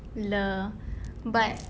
lol but